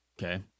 Okay